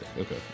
Okay